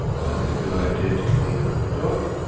why is it a good idea to bathe your dog.